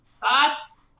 Thoughts